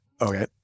Okay